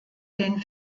den